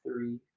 three